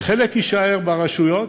וחלק יישארו ברשויות.